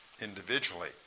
individually